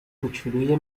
کوچلوی